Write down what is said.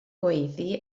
gweiddi